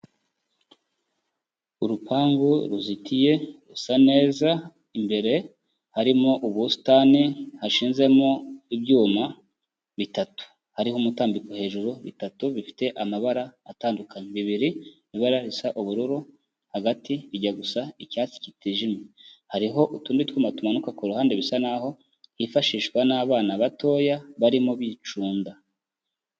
Urupangu ruzitiye rusa neza, imbere harimo ubusitani hashizemo ibyuma bitatu, hariho umutambiko hejuru, bitatu bifite amabara atandukanye, bibiri ibara risa ubururu, hagati bijya gusa icyatsi kitijimye, hariho utundi twuma tumanuka ku ruhande bisa naho hifashishwa n'abana batoya barimo bicunda.